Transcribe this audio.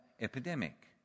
epidemic